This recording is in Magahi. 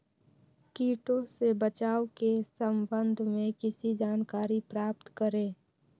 किटो से बचाव के सम्वन्ध में किसी जानकारी प्राप्त करें?